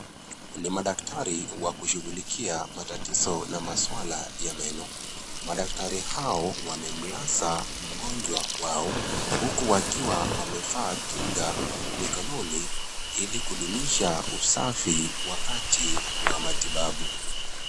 Ni madaktari wakushughulikia matatizo na maswala ya meno, madaktari hao wamemlaza mgonjwa wao, huku wakio wamevaa kinga mikononi ili kudumisha usafi wakati wa matibabu.